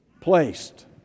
placed